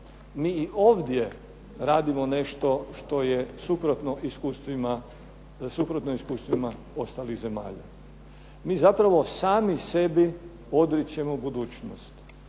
Mi i ovdje radimo nešto što je suprotno iskustvima ostalih zemalja. Mi zapravo sami sebi odričemo budućnost.